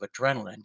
adrenaline